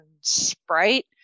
Sprite